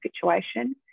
situation